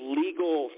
legal